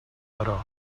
però